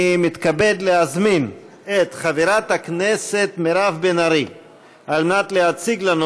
אני מתכבד להזמין את חברת הכנסת מירב בן ארי להציג לנו,